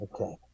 okay